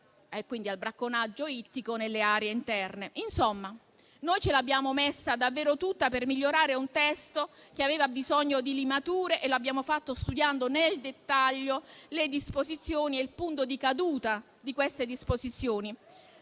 e, quindi, al bracconaggio ittico nelle aree interne. Insomma, noi ce l'abbiamo messa davvero tutta per migliorare un testo che aveva bisogno di limature e l'abbiamo fatto studiando nel dettaglio le disposizioni e il punto di caduta di tali disposizioni.